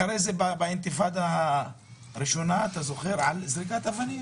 אחרי זה באינתיפדה הראשונה דיברו על יידוי אבנים,